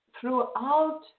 throughout